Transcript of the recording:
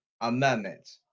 Amendment